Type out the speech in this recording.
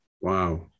wow